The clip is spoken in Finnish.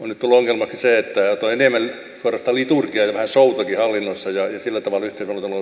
on nyt tullut ongelmaksi se että on enemmän suorastaan liturgiaa ja vähän showtakin hallinnossa ja sillä tavalla yhteisvaluutan oloissa ei pärjää